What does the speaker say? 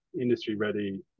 industry-ready